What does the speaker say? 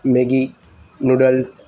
Maggi noodles